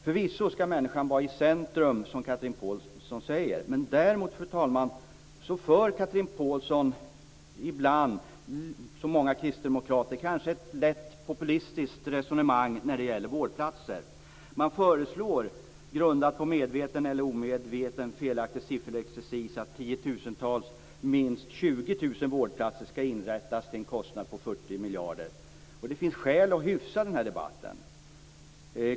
Förvisso skall människan vara i centrum, som Chatrine Pålsson säger. Däremot, fru talman, för Chatrine Pålsson ibland, som många kristdemokrater, ett lätt populistiskt resonemang när det gäller antalet vårdplatser. Grundat på medvetet eller omedvetet felaktig sifferexercis föreslår man att minst 20 000 vårdplatser skall inrättas till en kostnad av 40 miljarder. Det finns skäl att hyfsa den debatten.